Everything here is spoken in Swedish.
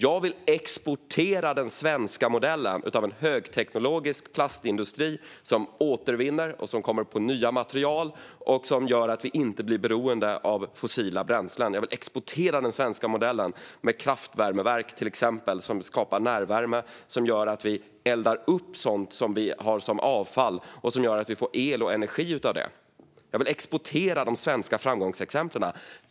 Jag vill exportera den svenska modellen med en högteknologisk plastindustri som återvinner, som kommer på nya material och som gör att vi inte blir beroende av fossila bränslen. Jag vill exportera den svenska modellen med exempelvis kraftvärmeverk som skapar närvärme och gör att vi eldar upp vårt avfall och får el och energi av det. Jag vill exportera de svenska framgångsexemplen.